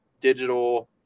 digital